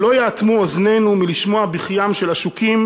לא ייאטמו אוזנינו מלשמוע בכיים של עשוקים